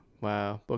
wow